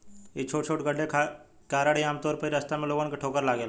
इ छोटे छोटे गड्ढे के कारण ही आमतौर पर इ रास्ता में लोगन के ठोकर लागेला